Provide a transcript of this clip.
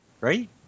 right